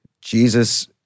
jesus